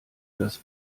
das